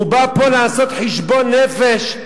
בא פה לעשות חשבון נפש,